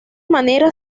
manera